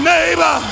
Neighbor